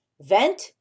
vent